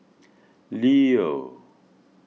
Leo